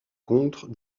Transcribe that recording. contre